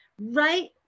right